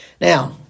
Now